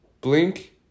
Blink